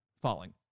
falling